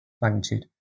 magnitude